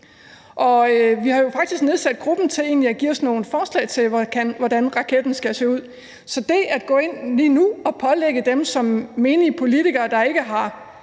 faktisk nedsat gruppen til at give os nogle forslag til, hvordan raketten skal se ud, så det at gå ind lige nu og pålægge menige politikere, der ikke har